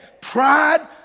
pride